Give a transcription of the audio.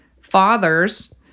fathers